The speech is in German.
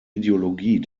ideologie